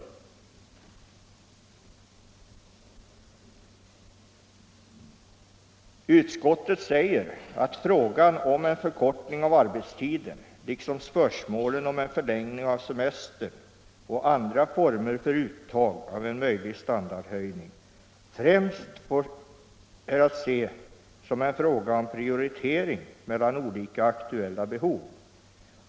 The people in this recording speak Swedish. Fredagen den Utskottet säger att frågan om en förkortning av arbetstiden liksom 21 mars 1975 spörsmålen om en förlängning av semestern och andra former för uttag IL av en möjlig standardhöjning främst är att se som en fråga om prioritering — Semesteroch vissa mellan olika aktuella behov.